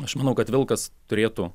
aš manau kad vilkas turėtų